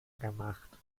gemacht